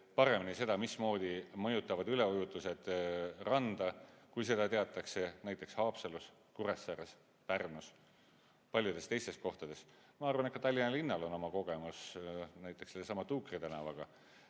paremini, mismoodi mõjutavad üleujutused randa, kui seda teatakse näiteks Haapsalus, Kuressaares, Pärnus ja paljudes teistes kohtades. Ma arvan, et ka Tallinna linnal on oma kogemus näiteks Tuukri tänavaga,